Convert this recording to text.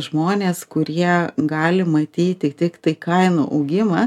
žmonės kurie gali matyti tiktai kainų augimą